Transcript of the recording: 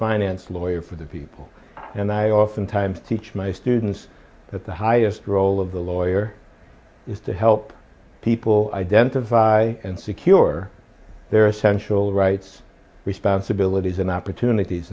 finance lawyer for the people and i oftentimes teach my students that the highest role of the lawyer is to help people identify and secure their essential rights responsibilities and opportunities